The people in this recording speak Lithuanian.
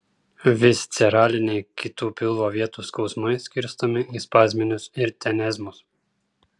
visceraliniai kitų pilvo vietų skausmai skirstomi į spazminius ir tenezmus